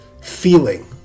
feeling